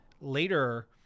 later